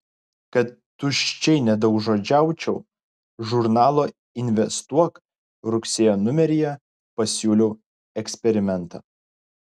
kad tuščiai nedaugžodžiaučiau žurnalo investuok rugsėjo numeryje pasiūliau eksperimentą